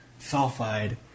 sulfide